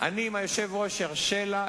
אם היושב-ראש ירשה לי,